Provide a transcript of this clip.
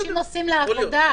הרי אנשים נוסעים לעבודה.